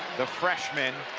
the freshman,